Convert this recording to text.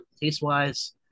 Taste-wise